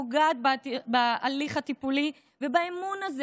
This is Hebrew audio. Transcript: פוגעת בהליך הטיפולי ובאמון הזה,